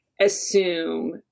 assume